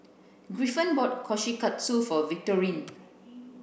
Griffin bought Kushikatsu for Victorine